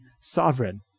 sovereign